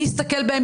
מי יסתכל בהם,